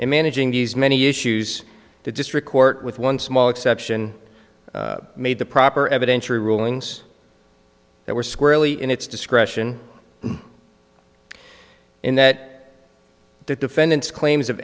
in managing these many issues the district court with one small exception made the proper evidentiary rulings that were squarely in its discretion in that the defendant's claims of